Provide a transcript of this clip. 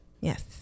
yes